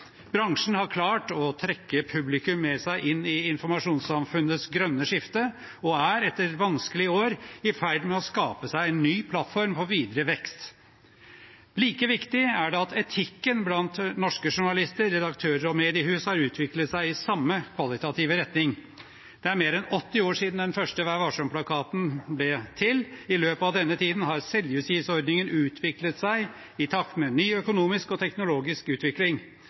Bransjen har klart å trekke publikum med seg inn i informasjonssamfunnets grønne skifte og er etter vanskelige år i ferd med å skape seg en ny plattform for videre vekst. Like viktig er det at etikken blant norske journalister, redaktører og mediehus har utviklet seg i samme kvalitative retning. Det er mer enn 80 år siden den første vær-varsom-plakaten ble til. I løpet av denne tiden har selvjustisordningen utviklet seg i takt med ny økonomisk og teknologisk utvikling.